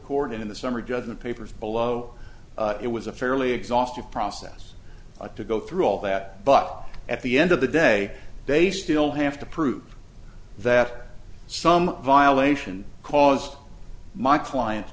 court and in the summary judgment papers below it was a fairly exhaustive process to go through all that but at the end of the day they still have to prove that some violation caused my client